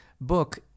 book